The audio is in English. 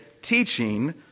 teaching